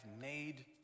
made